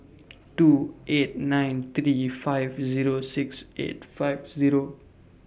two eight nine three five Zero six eight five Zero